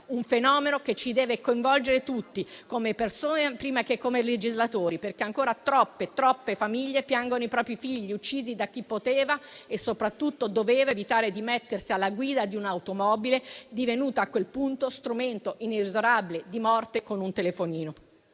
Un fenomeno che ci deve coinvolgere tutti, come persone prima che come legislatori, perché ancora troppe famiglie piangono i propri figli, uccisi da chi poteva e soprattutto doveva evitare di mettersi alla guida di un'automobile, divenuta a quel punto strumento inesorabile di morte, con un telefonino.